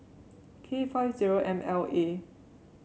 K five zero M L A